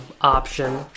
option